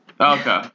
Okay